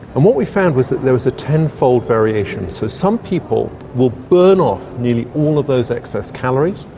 and what we found was that there was a ten-fold variation. so some people will burn off nearly all of those excess calories,